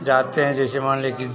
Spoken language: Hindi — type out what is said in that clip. जाते हैं जैसे मान लीजिए